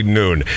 noon